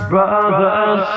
Brothers